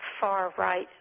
far-right